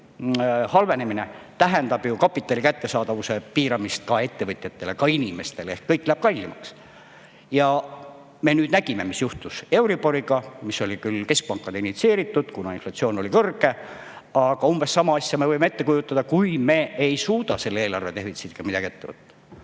halvenemine tähendab kapitali kättesaadavuse piiramist ka ettevõtjatele, ka inimestele. Kõik läheb kallimaks. Me nägime, mis juhtus euriboriga, mis oli küll keskpankade initsieeritud, kuna inflatsioon oli kõrge, aga umbes sama asja me võime ette kujutada siis, kui me ei suuda eelarve defitsiidiga midagi ette võtta.